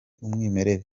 umwimerere